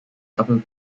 double